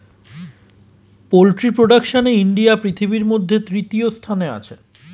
poultry প্রোডাকশনে India পৃথিবীর মধ্যে তৃতীয় স্থানে আছে